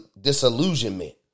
disillusionment